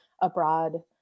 abroad